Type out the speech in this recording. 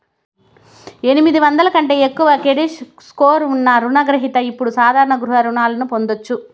ఎనిమిది వందల కంటే ఎక్కువ క్రెడిట్ స్కోర్ ఉన్న రుణ గ్రహిత ఇప్పుడు సాధారణ గృహ రుణాలను పొందొచ్చు